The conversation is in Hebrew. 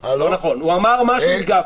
הוא אמר משהו והגבתי.